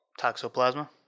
Toxoplasma